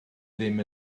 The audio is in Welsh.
ddim